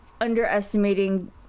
underestimating